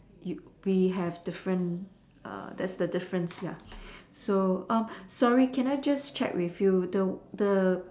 you we have different that's the difference ya so sorry can I just check with you the